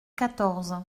quatorze